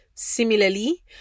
Similarly